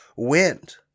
Wind